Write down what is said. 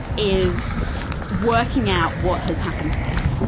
is working out what has happened to him,